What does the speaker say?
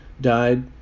died